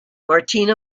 martina